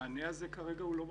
שהמענה הזה כרגע הוא לא בפתח.